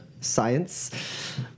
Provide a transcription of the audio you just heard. science